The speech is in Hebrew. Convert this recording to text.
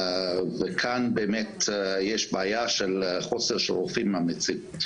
וכאן, באמת, יש בעיה של חוסר של רופאים ממליצים.